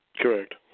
Correct